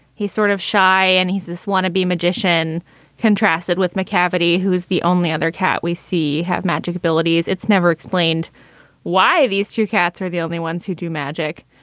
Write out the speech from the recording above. he's sort of shy and he's this wannabe magician contrasted with mccafferty, who is the only other cat we see have magic abilities. it's never explained why these two cats are the only ones who do magic.